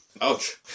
Ouch